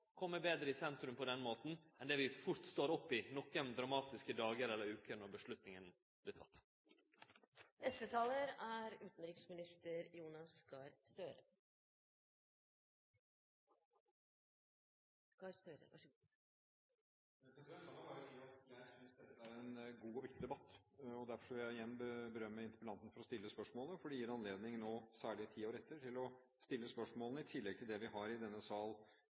i sentrum enn dei gjorde då vi stod oppe i nokre dramatiske dagar og veker då avgjerda vart teken. La meg bare si at jeg synes dette er en god og viktig debatt. Derfor vil jeg igjen berømme interpellanten for å stille spørsmålet. Det gir anledning, særlig nå ti år etter, til å stille spørsmål i tillegg til dem vi har diskutert i denne sal